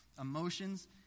emotions